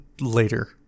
later